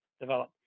develop